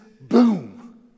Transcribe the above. boom